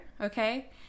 okay